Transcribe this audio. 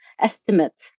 estimates